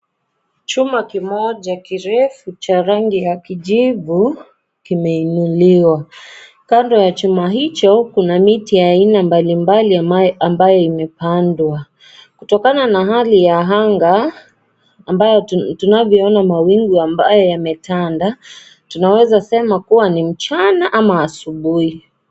Chuma kimoja cha rangi ya kijivu, kimeinuliwa. Kando ya chuma hicho kuna miti aina mbalimbali ambayo imepandwa. Kutokana na hali ya anga ambayo tunavyoona mawingu ambayo yametanda, tunaweza sema kuwa ni mchana ama asubuhi.